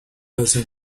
لازم